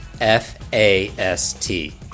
F-A-S-T